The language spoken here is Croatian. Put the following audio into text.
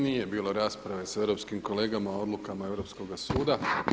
Nije bilo rasprave sa europskim kolegama o odlukama Europskoga suda.